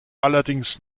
allerdings